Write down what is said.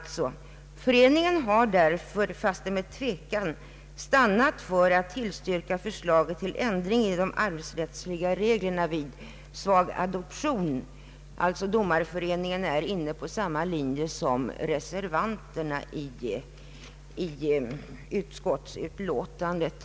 Domareföreningen har därför fastän med tvekan stannat för att tillstyrka förslaget om ändring i de arvsrättsliga reglerna vid svag adoption. Domareföreningen är alltså inne på samma linje som reservanterna i utskottsutlåtandet.